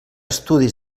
estudis